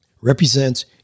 represents